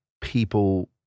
people